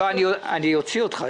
אוציא אותך.